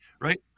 right